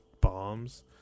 bombs